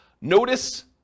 Notice